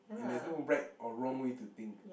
and there's no right or wrong way to think